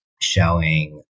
showing